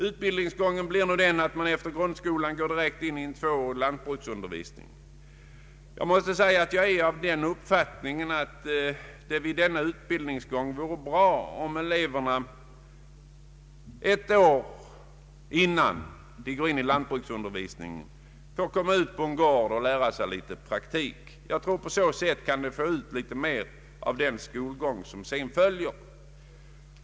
Utbildningsgången blir nu den att eleverna efter grundskolan direkt får en lantbruksundervisning. Jag är av den uppfattningen att det vid den utbildningen kunde vara av värde om eleverna ett år innan de går in i lantbruksundervisningen får komma ut på en gård och där lära sig praktiskt arbete. På så sätt kan de få ut mera av den skolgång som sedan följer.